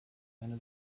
eine